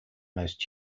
most